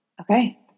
Okay